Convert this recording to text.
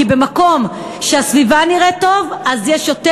כי במקום שהסביבה שלו נראית טוב יש יותר